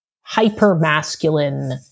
hyper-masculine